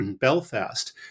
Belfast